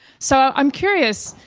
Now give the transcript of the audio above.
so i'm curious,